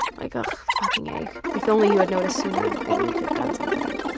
like ah fucking-a, like if only you had noticed sooner, maybe we could have done something.